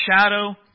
shadow